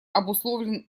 обусловлен